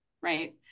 right